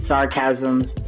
Sarcasms